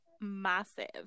massive